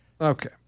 Okay